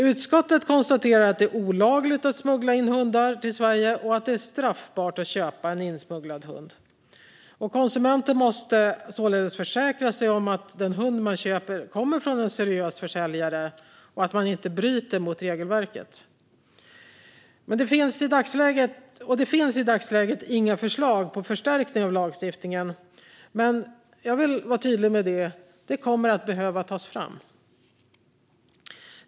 Utskottet konstaterar att det är olagligt att smuggla in hundar till Sverige och att det är straffbart att köpa en insmugglad hund. Konsumenten måste således försäkra sig om att den hund man köper kommer från en seriös försäljare och att man inte bryter mot regelverket. Det finns i dagsläget inga förslag på förstärkning av lagstiftningen, men jag vill vara tydlig med att det kommer att behöva tas fram.